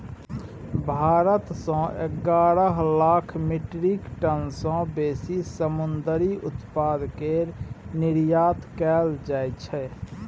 भारत सँ एगारह lakh metric ton सँ बेसी समुंदरी उत्पाद केर निर्यात कएल जाइ छै